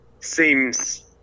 seems